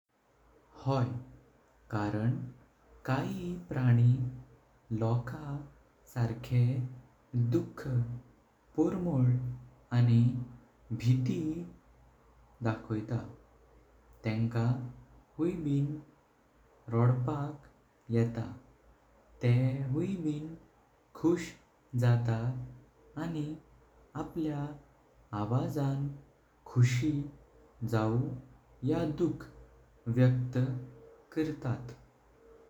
होय, करण काई प्राणी लोकाचों सारके, धूक, पोरमोल्ल आनी भेट उभाऊनू जातात, तेनका होई बिन रॉस्पक येता तेह होई बिन खुश जात। आनी अपल्या आवाजानं खुशी जाऊं या दुख व्यक्त करतात।